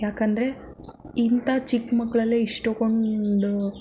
ಯಾಕೆಂದ್ರೆ ಇಂತಹ ಚಿಕ್ಕಮಕ್ಕಳಲ್ಲೆ ಇಷ್ಟೊಂದು